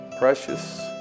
Precious